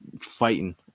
fighting